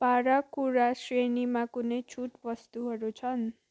भाँडा कुँडा श्रेणीमा कुनै छुट वस्तुहरू छन्